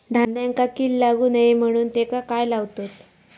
धान्यांका कीड लागू नये म्हणून त्याका काय लावतत?